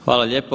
Hvala lijepo.